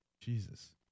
Jesus